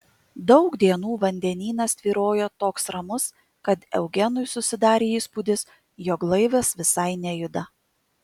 daug dienų vandenynas tvyrojo toks ramus kad eugenui susidarė įspūdis jog laivas visai nejuda